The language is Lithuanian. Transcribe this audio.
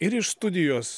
ir iš studijos